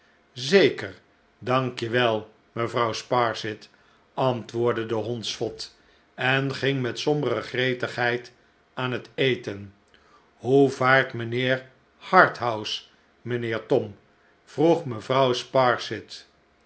zeker dank je wel mevrouw sparsit antwoordde de hondsvot en ging met sombere gretigheid aan het eten hoe vaart rnijnheer harthouse rnijnheer tom vroeg mevrouw